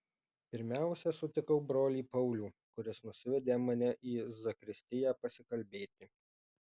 pirmiausia sutikau brolį paulių kuris nusivedė mane į zakristiją pasikalbėti